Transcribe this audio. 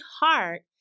heart